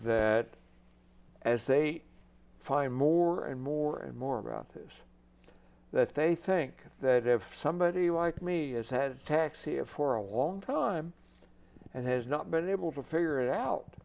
that as they find more and more and more about this that they think that i have somebody like me has had taxi a for a long time and has not been able to figure it out